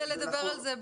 כרגע זה